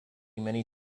many